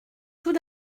tout